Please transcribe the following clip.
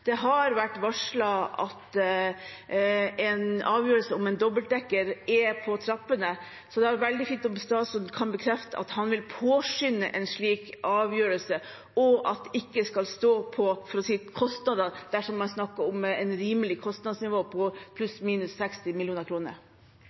Det har vært varslet at en avgjørelse om en dobbeltdekker er på trappene, så det hadde vært veldig fint om statsråden kan bekrefte at han vil påskynde en slik avgjørelse, og at det ikke skal stå på kostnader dersom man snakker om et rimelig kostnadsnivå på